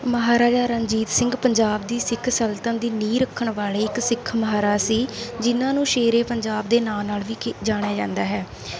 ਮਹਾਰਾਜਾ ਰਣਜੀਤ ਸਿੰਘ ਪੰਜਾਬ ਦੀ ਸਿੱਖ ਸਲਤਨਤ ਦੀ ਨੀਂਹ ਰੱਖਣ ਵਾਲੇ ਇੱਕ ਸਿੱਖ ਮਹਾਰਾਜ ਸੀ ਜਿਨ੍ਹਾਂ ਨੂੰ ਸ਼ੇਰ ਏ ਪੰਜਾਬ ਦੇ ਨਾਂ ਨਾਲ ਵੀ ਜਾਣਿਆ ਜਾਂਦਾ ਹੈ